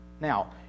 Now